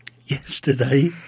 Yesterday